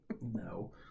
No